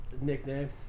Nickname